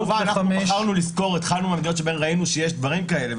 וחמש --- כמובן התחלנו לסקור ממדינות שבהן ראינו שיש דברים כאלה,